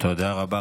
תודה רבה.